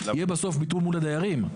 יהיה בסוף ביטול בין הדיירים.